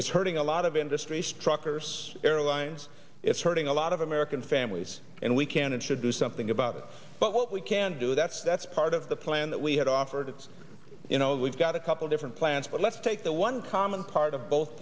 it's hurting a lot of industries truckers airlines it's hurting a lot of american families and we can and should do something about it but what we can do that's that's part of the plan that we had offered it's you know we've got a couple different plans but let's take the one common part of both